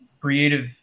creative